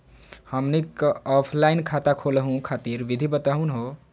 हमनी क ऑफलाइन खाता खोलहु खातिर विधि बताहु हो?